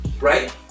right